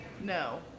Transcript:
No